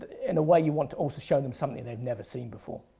in a way you want to also show them something they've never seen before.